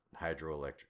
hydroelectric